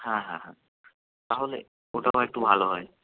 হ্যাঁ হ্যাঁ হ্যাঁ তাহলে ওটাও একটু ভালো হয়